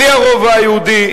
בלי הרובע היהודי,